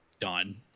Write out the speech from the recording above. Done